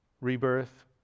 rebirth